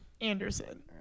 Anderson